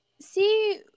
see